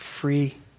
free